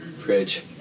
Fridge